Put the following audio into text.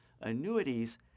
annuities